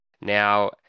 Now